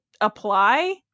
apply